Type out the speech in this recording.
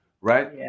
right